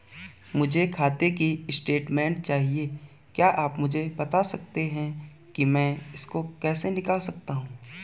मुझे खाते की स्टेटमेंट चाहिए क्या आप मुझे बताना सकते हैं कि मैं इसको कैसे निकाल सकता हूँ?